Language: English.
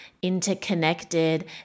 interconnected